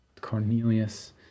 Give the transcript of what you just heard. cornelius